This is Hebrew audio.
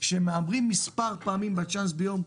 שמהמרים מספר פעמים בצ'אנס ביום,